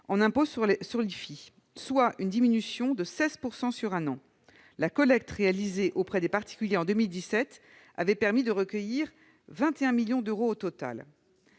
immobilière, soit une diminution de 16 % sur un an. La collecte réalisée auprès des particuliers en 2017 avait permis de recueillir 21 millions d'euros au total.